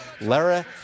Lara